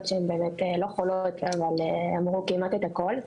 שהן באמת לא חולות אבל אמרו כמעט את הכל,